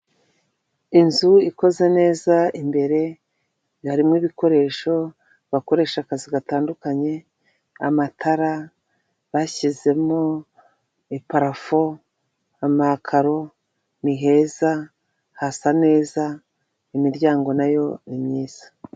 Inzu ikoze neza imbere harimo ibikoresho bakoresha akazi gatandukanye, amatara bashyizemo ipafo, amakaro ni heza hasa neza imiryango nayo ni myiza.